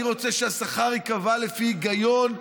אני רוצה שהשכר ייקבע לפי היגיון,